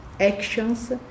actions